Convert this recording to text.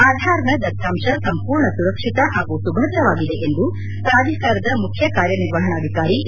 ಆಧಾರ್ನ ದತ್ತಾಂಶ ಸಂಪೂರ್ಣ ಸುರಕ್ಷಿತ ಹಾಗೂ ಸುಭದ್ರವಾಗಿದೆ ಎಂದು ಪ್ರಾಧಿಕಾರದ ಮುಖ್ಯ ಕಾರ್ಯ ನಿರ್ವಹಣಾಧಿಕಾರಿ ಎ